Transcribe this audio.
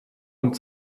und